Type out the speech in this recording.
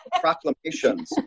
proclamations